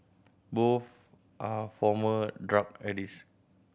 both are former drug addicts